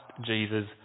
Jesus